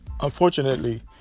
unfortunately